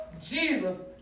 Jesus